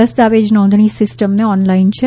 દસ્તાવેજ નોંધણી સિસ્ટમને ઓનલાઈન છે